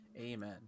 Amen